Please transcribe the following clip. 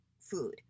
food